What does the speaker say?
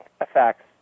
effects